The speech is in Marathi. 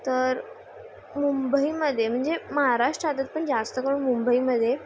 तर मुंबईमदे म्हंजे महाराष्टात पण जास्त करून मुंबईमदे